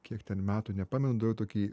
kiek ten metų nepamenu dariau tokį